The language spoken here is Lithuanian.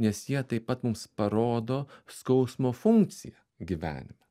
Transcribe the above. nes jie taip pat mums parodo skausmo funkciją gyvenime